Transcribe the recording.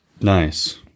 nice